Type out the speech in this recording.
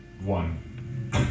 one